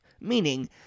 meaning